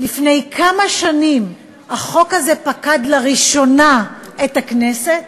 לפני כמה שנים החוק הזה פקד לראשונה את הכנסת?